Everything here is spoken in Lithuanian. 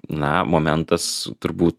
na momentas turbūt